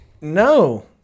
no